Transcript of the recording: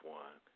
one